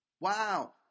Wow